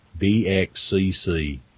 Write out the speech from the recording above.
DXCC